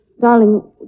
Darling